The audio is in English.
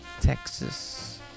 Texas